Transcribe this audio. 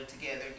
together